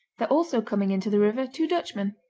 there also coming into the river two dutchmen,